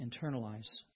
internalize